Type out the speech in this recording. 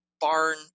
barn